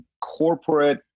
corporate